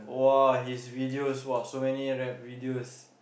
!wah! his videos !wah! so many rap videos